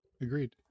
Agreed